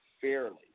fairly